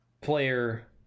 player